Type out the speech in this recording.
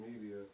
media